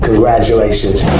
Congratulations